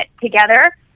together